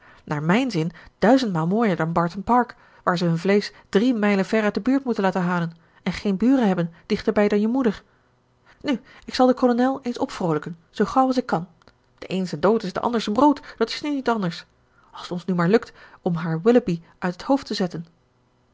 naar mijn zin duizend maal mooier dan barton park waar ze hun vleesch drie mijlen ver uit de buurt moeten laten halen en geen buren hebben dichterbij dan je moeder nu ik zal den kolonel eens opvroolijken zoo gauw als ik kan de een zijn dood is den ander zijn brood dat is nu niet anders als t ons nu maar lukt om haar willoughby uit het hoofd te zetten